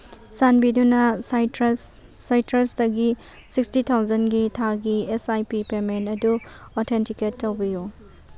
ꯆꯥꯟꯕꯤꯗꯨꯅ ꯁꯥꯏꯇ꯭ꯔꯁ ꯁꯥꯏꯇ꯭ꯔꯁꯗꯒꯤ ꯁꯤꯛꯁꯇꯤ ꯊꯥꯎꯖꯟꯒꯤ ꯊꯥꯒꯤ ꯑꯦꯁ ꯑꯥꯏ ꯄꯤ ꯄꯦꯃꯦꯟ ꯑꯗꯨ ꯑꯣꯊꯦꯟꯇꯤꯀꯦꯠ ꯇꯧꯕꯤꯌꯨ